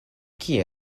kie